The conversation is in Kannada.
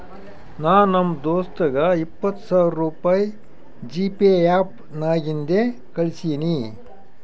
ನಾ ನಮ್ ದೋಸ್ತಗ ಇಪ್ಪತ್ ಸಾವಿರ ರುಪಾಯಿ ಜಿಪೇ ಆ್ಯಪ್ ನಾಗಿಂದೆ ಕಳುಸಿನಿ